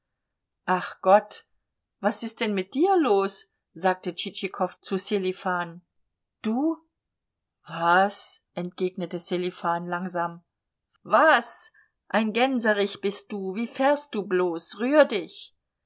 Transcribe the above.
ach gott was ist denn mit dir los sagte tschitschikow zu sselifan du was entgegnete sselifan langsam was ein gänserich bist du wie fährst du bloß rühr dich